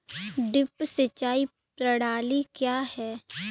Drip सिंचाई प्रणाली क्या है?